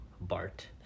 Bart